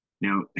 Now